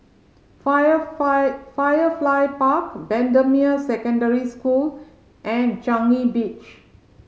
Fire Fire Firefly Park Bendemeer Secondary School and Changi Beach